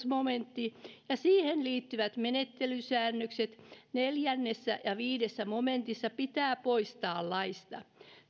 momentti ja siihen liittyvät menettelysäännökset neljä ja viisi momentissa pitää poistaa laista